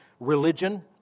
Religion